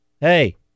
hey